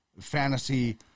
Fantasy